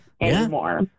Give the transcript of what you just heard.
anymore